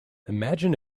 imagine